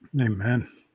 Amen